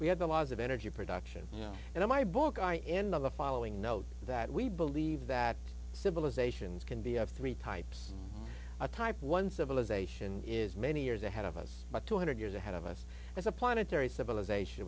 we had the laws of energy production you know and in my book i end of the following note that we believe that civilizations can be of three types a type one civilization is many years ahead of us but two hundred years ahead of us as a planetary civilization